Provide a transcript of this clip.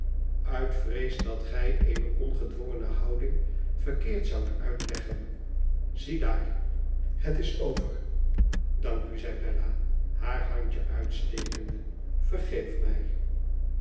uit vrees dat gij eene onged wongene houding verkeerd zoudt uitleggen ziedaar het is over dank u zei bella haar handje uitstekende i vergeef mij